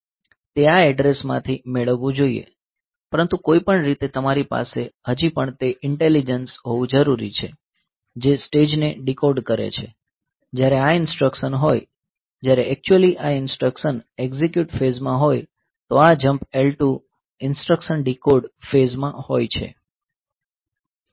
તે આ એડ્રેસ માંથી મેળવવું જોઈએ પરંતુ કોઈપણ રીતે તમારી પાસે હજી પણ તે ઇંટેલીજન્સ હોવું જરૂરી છે જે સ્ટેજને ડીકોડ કરે છે જ્યારે આ ઇન્સટ્રકશન હોય જયારે એક્ચ્યુલી આ ઇન્સટ્રકશન એક્ઝિક્યુટ ફેઝ માં હોય તો આ જમ્પ L2 ઇન્સટ્રકશન ડીકોડ ફેઝમાં હોય છે